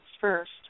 first